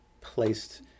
placed